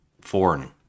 foreign